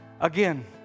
Again